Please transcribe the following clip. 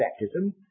baptism